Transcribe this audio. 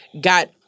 got